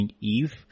eve